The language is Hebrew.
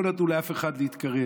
לא נתנו לאף אחד להתקרב,